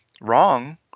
wrong